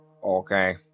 Okay